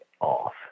off